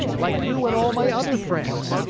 like you and all my other friends.